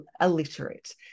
illiterate